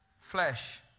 flesh